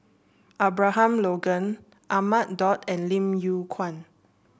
Abraham Logan Ahmad Daud and Lim Yew Kuan